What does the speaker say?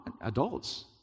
adults